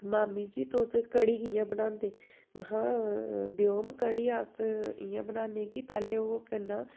मामी जी तुस कढ़ी कि'यां बनांदे महां ब्योम कढ़ी अस इ'यां बनाने कि पैह्लें ओह् करना